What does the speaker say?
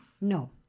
No